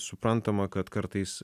suprantama kad kartais